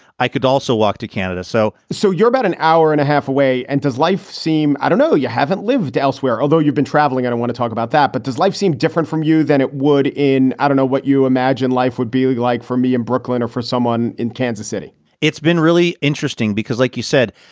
i could also walk to canada. so so you're about an hour and a half away. and does life seem i don't know. you haven't lived elsewhere, although you've been traveling. i want to talk about that. but does life seem different from you than it would in. i don't know what you imagine life would be like like for me in brooklyn or for someone in kansas city it's been really interesting because like you said,